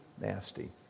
nasty